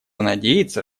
надеяться